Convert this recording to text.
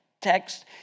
text